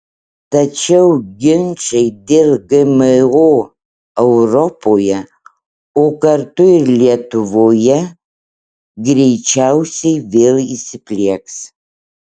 tačiau ginčai dėl gmo europoje o kartu ir lietuvoje greičiausiai vėl įsiplieks